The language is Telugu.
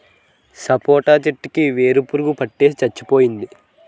సపోటా చెట్టు కి ఏరు పురుగు పట్టేసి సచ్చిపోయింది